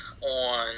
On